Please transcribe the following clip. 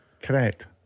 correct